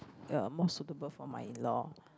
uh more suitable for my in-law